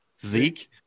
Zeke